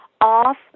off